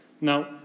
Now